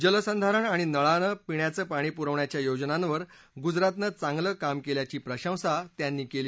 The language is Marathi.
जलसंधारण आणि नळानं पिण्याचं पाणी पुरवण्याच्या योजनांवर गुजरातनं चांगलं काम केल्याची प्रशंसा त्यांनी केली